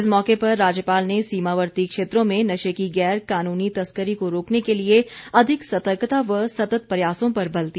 इस मौके पर राज्यपाल ने सीमावर्ती क्षेत्रों में नशे की गैर कानूनी तस्करी को रोकने के लिए अधिक सतर्कता व सतत प्रयासों पर बल दिया